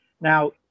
Now